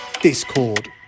discord